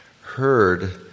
heard